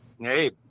hey